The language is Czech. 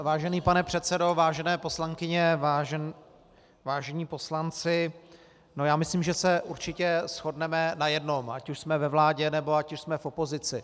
Vážený pane předsedo, vážené poslankyně, vážení poslanci, já myslím, že se určitě shodneme na jednom, ať už jsme ve vládě, nebo ať už jsme v opozici.